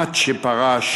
עד שפרש